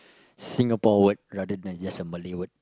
Singapore word rather than just a Malay word